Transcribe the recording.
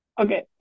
okay